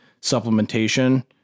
supplementation